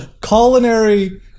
Culinary